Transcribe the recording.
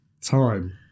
Time